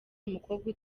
umukobwa